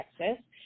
Texas